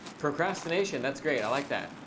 procrastination. that's great. i like that,